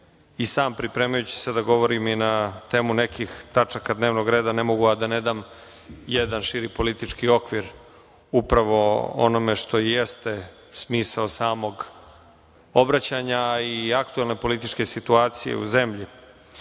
i sam pripremajući se da govorim i na temu nekih tačaka dnevnog reda, ne mogu a da ne dam jedan širi politički okvir upravo onome što jeste smisao samog obraćanja i aktuelne političke situacije u zemlji,